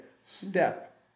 step